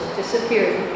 disappeared